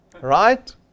Right